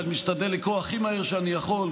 אני משתדל לקרוא הכי מהר שאני יכול,